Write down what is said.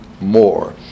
more